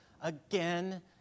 again